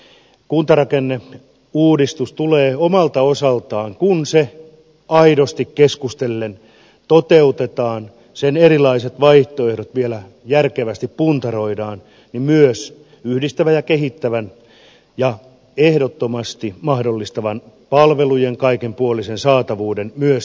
minä uskon että kuntarakenneuudistus tulee omalta osaltaan kun se aidosti keskustellen toteutetaan sen erilaiset vaihtoehdot vielä järkevästi puntaroidaan myös yhdistämään ja kehittämään ja ehdottomasti mahdollistamaan palvelujen kaikinpuolisen saatavuuden myös tulevaisuudessa